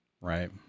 Right